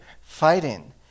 fighting